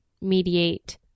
mediate